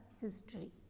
history